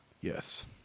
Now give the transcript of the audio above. Yes